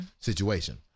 situation